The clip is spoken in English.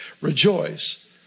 rejoice